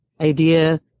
idea